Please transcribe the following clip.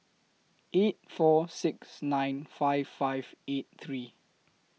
eight four six nine five five eight three